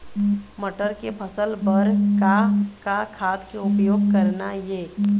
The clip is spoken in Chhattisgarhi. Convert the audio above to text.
मटर के फसल बर का का खाद के उपयोग करना ये?